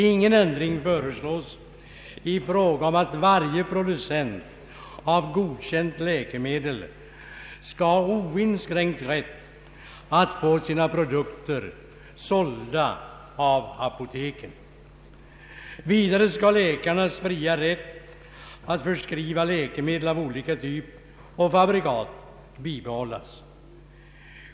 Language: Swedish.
Ingen ändring föreslås av förhållandet att varje producent av godkänt läkemedel skall ha oinskränkt rätt att få sina produkter sålda av apoteken. Vidare skall läkarnas fria rätt att skriva ut läkemedel av olika typ och fabrikat bibehållas.